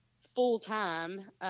full-time